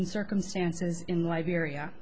in circumstances in liberia